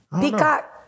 Peacock